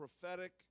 prophetic